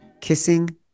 kissing